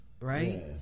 Right